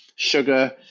Sugar